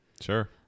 Sure